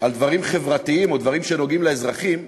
על דברים חברתיים, או דברים שנוגעים באזרחים,